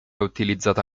utilizzata